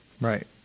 right